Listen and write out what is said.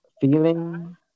feeling